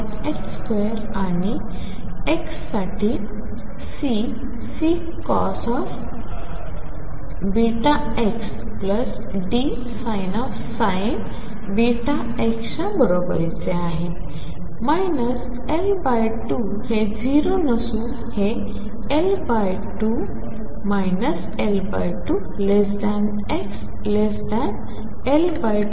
आणि x साठी Ccos βx Dsin βx च्या बरोबरीचे आहे L2 हे 0 नसून हे L2 L2xL2